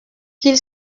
qu’il